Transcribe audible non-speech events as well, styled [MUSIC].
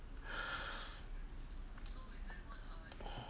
[BREATH]